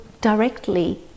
directly